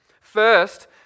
First